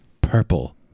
Purple